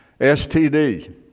STD